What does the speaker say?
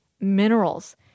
minerals